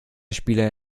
spieler